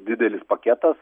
didelis paketas